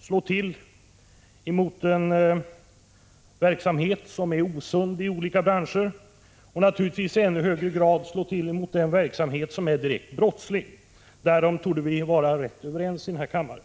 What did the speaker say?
slå till mot osund verksamhet i olika branscher. Naturligtvis gäller detta i ännu högre grad verksamhet som är direkt brottslig. Därom torde vi vara ganska överens här i kammaren.